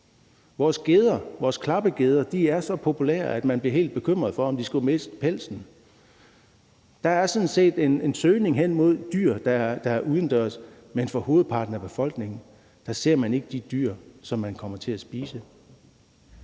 vores klappegeder er så populære, at man bliver helt bekymret for, om de skulle miste pelsen. Der er sådan set en søgning hen imod dyr, der er udendørs; men hovedparten af befolkningen ser ikke de dyr, man kommer til at spise.